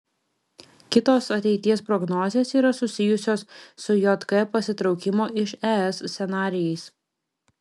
kitos ateities prognozės yra susijusios su jk pasitraukimo iš es scenarijais